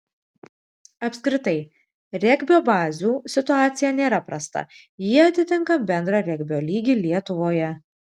apskritai regbio bazių situacija nėra prasta ji atitinka bendrą regbio lygį lietuvoje